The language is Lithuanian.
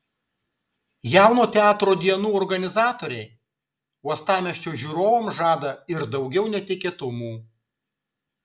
jauno teatro dienų organizatoriai uostamiesčio žiūrovams žada ir daugiau netikėtumų